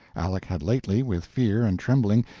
aleck had lately, with fear and trembling,